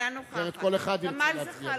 אחרת כל אחד ירצה להצביע במקום.